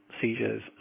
seizures